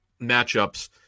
matchups